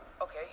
okay